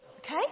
Okay